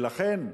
לכן,